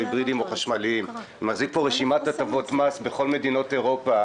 אני מחזיק פה רשימת הטבות מס בכל מדינות אירופה,